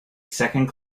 second